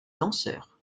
danseur